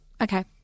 Okay